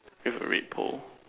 with a red pole